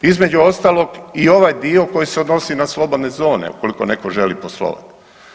Između ostalog, i ovaj dio koji se odnosi na slobodne zone, ukoliko neko želi poslovati.